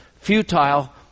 futile